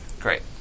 great